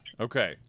Okay